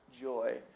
joy